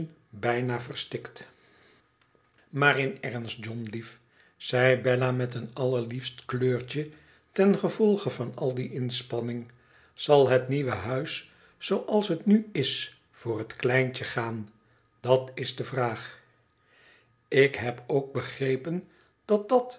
bijna verstikt maar in ernst john lief zei bella met een allerliefst kleurtje ten gevolge van al die inspanning zal het nieuwe huis zooals het nu is voor het kleintje gaan dat is de vraag ilk heb ook begrepen dat dat